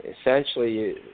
Essentially